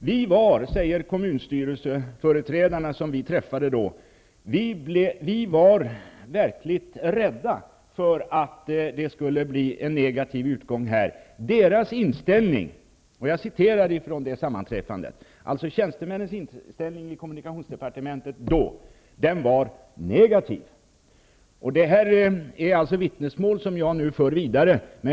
Vi var, säger kommunstyrelseföreträdarna som vi träffade, verkligt rädda för att det skulle bli en negativ utgång. Tjänstemännens inställning i kommunikationsdepartementet var negativ. Det här är vittnesmål som jag nu för vidare.